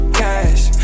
cash